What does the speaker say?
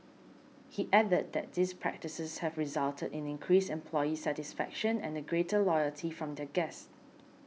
he added that these practices have resulted in increased employee satisfaction and a greater loyalty from their guests